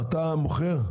אתה מוכר?